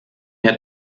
mehr